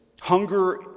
hunger